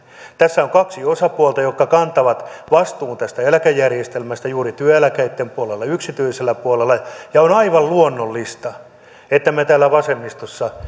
tässä on kaksi osapuolta jotka kantavat vastuun tästä eläkejärjestelmästä juuri työeläkkeitten puolella yksityisellä puolella ja on aivan luonnollista että me täällä vasemmistossa